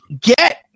get